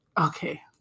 Okay